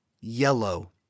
Yellow